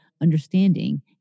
understanding